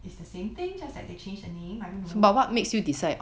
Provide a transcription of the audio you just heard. it's the same thing just that they change the name I don't know